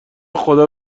خدا